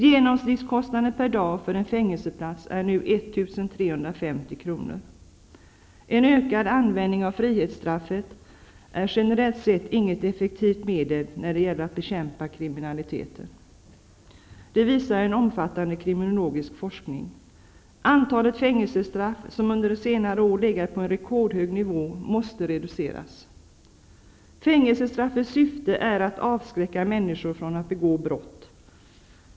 Genomsnittskostnaden per dag för en fängelseplats är nu 1 350 kr. En ökad användning av frihetsstraff är generellt sett inget effektivt medel när det gäller att bekämpa kriminaliteten. Det visar en omfattande kriminologisk forskning. Antalet fängelsestraff, som under senare år legat på en rekordhög nivå, måste reduceras. Fängelsestraffets syfte är att avskräcka människor från att begå brott.